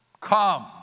come